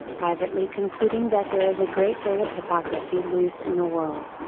privately concluding that there is a great deal of hypocrisy loose in the world.